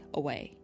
away